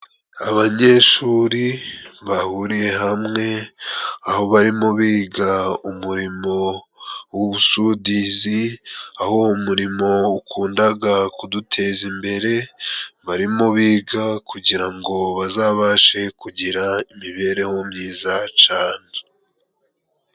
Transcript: Abanyeshuri bahuriye hamwe， aho barimo biga umurimo w'ubusudizi，aho uwo umurimo ukundaga kuduteza imbere， barimo biga kugira ngo bazabashe kugira imibereho myiza cane.